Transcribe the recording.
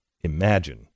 Imagine